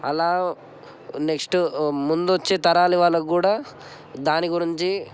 అలా నెక్స్ట్ ముందు వచ్చే తరాల వాళ్ళకి కూడా దాని గురించి